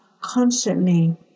constantly